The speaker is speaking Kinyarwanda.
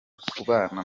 kubana